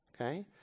Okay